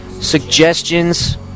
suggestions